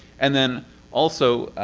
and then also.